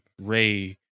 Ray